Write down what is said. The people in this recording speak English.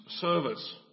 service